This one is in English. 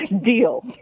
Deal